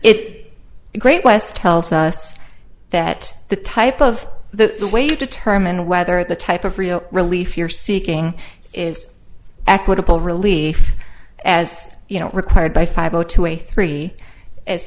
it great west tells us that the type of the way you determine whether the type of real relief you're seeking is equitable relief as you know required by five o two a three